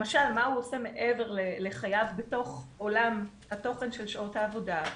למשל מה הוא עושה מעבר לחייו בתוך עולם התוכן של שעות העבודה,